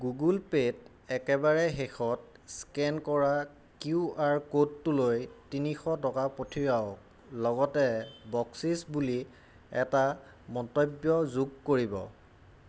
Google পে'ত একেবাৰে শেষত স্কেন কৰা কিউ আৰ ক'ডটোলৈ তিনিশ টকা পঠিয়াওক লগতে বকচিচ বুলি এটা মন্তব্য যোগ কৰিব